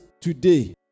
today